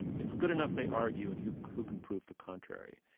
it's good enough they argue and who who can prove the contrary.